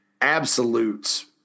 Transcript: absolutes